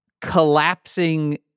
collapsing